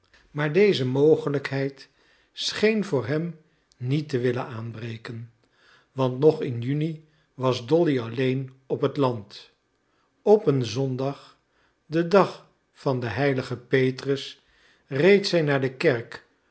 maar deze mogelijkheid scheen voor hem niet te willen aanbreken want nog in juni was dolly alleen op het land op een zondag den dag van den heiligen petrus reed zij naar de kerk